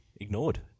ignored